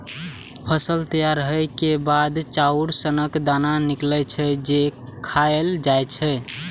फसल तैयार होइ के बाद चाउर सनक दाना निकलै छै, जे खायल जाए छै